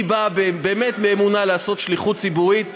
היא באה באמת מאמונה לעשות שליחות ציבורית,